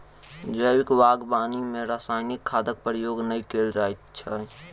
जैविक बागवानी मे रासायनिक खादक प्रयोग नै कयल जाइत छै